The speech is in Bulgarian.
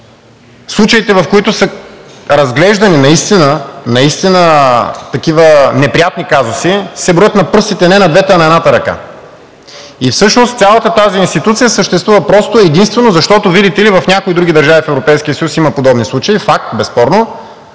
случаите, в които са разглеждани наистина, наистина такива неприятни казуси, се броят на пръстите не са двете, а на едната ръка, и всъщност цялата тази институция съществува просто и единствено защото, видите ли, в някои други държави в Европейския съюз има подобни случаи – факт, безспорно,